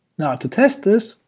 now to test this,